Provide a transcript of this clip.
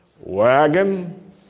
Wagon